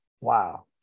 Wow